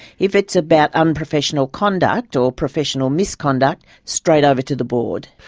if it's about unprofessional conduct, or professional misconduct straight over to the board.